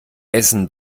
essen